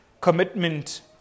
commitment